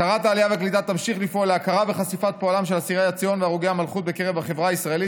שרת העלייה והקליטה תמשיך לפעול בקרב החברה הישראלית